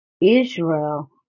Israel